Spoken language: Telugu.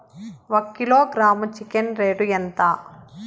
ఒక కిలోగ్రాము చికెన్ రేటు ఎంత?